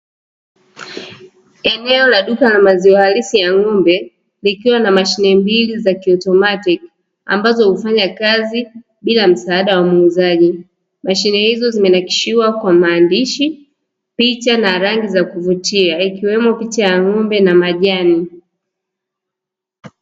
Eneo la duka la maziwa halisi ya ng'ombe, likiwa na mashine mbili za kiautomatiki, ambazo hufanya kazi bila msaada wa muuzaji. Mashine hizo zimenakshiwa kwa maandishi, picha na rangi za kuvutia, ikiwemo picha ya ng'ombe na majani.